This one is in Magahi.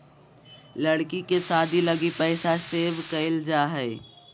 लड़की के शादी लगी पैसा सेव क़इल जा हइ